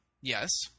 Yes